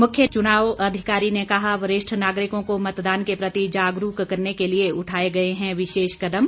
मुख्य चुनाव अधिकारी ने कहा वरिष्ठ नागरिकों को मतदान के प्रति जागरूक करने के लिए उठाए गए हैं विशेष कदम